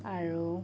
আৰু